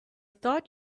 thought